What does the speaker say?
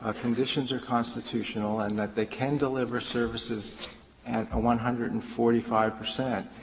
ah conditions are constitutional and that they can deliver services at one hundred and forty five percent,